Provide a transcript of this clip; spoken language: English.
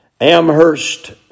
Amherst